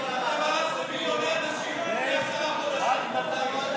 אתם הרסתם מיליוני אנשים בעשרה חודשים.